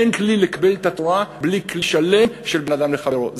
אין כלי לקבל את התורה בלי כלי שלם של בין אדם לחברו,